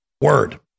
word